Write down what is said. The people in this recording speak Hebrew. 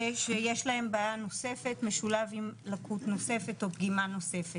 שיש להם בעיה נוספת משולב עם לקות נוספת או פגיעה נוספת.